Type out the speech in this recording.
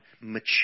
mature